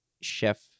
chef